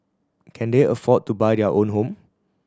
can they afford to buy their own home